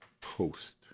post